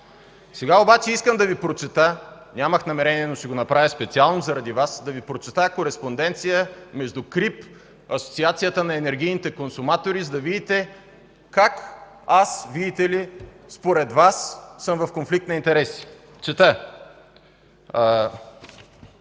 Сега обаче искам да Ви прочета, нямах намерение, но ще го направя специално заради Вас, да Ви прочета кореспонденция между КРИБ и Асоциацията на енергийните консуматори, за да видите как аз, видите ли, според Вас, съм в конфликт на интереси. Чета